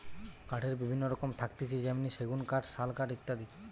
কাঠের বিভিন্ন রকম থাকতিছে যেমনি সেগুন কাঠ, শাল কাঠ ইত্যাদি